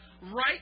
right